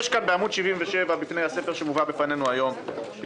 בעמוד 77 בספר שמובא בפנינו היום יש